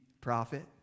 prophet